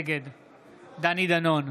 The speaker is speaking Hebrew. נגד דני דנון,